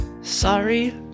Sorry